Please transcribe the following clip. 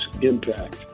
impact